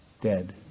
dead